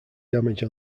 damage